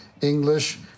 English